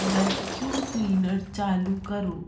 vacuum cleaner चालू करो